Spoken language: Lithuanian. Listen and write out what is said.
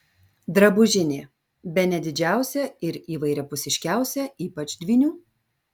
drabužinė bene didžiausia ir įvairiapusiškiausia ypač dvynių